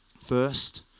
first